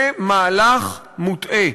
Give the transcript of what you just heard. זה מהלך מוטעה.